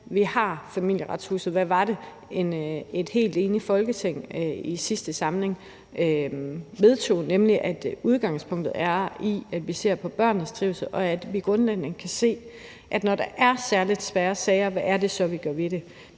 vi har Familieretshuset, og hvad det var et helt enigt Folketing i sidste samling vedtog. Det er nemlig, at udgangspunktet er, at vi ser på børnenes trivsel, og at vi grundlæggende kan se, når der er særlig svære sager, hvad vi så gør ved det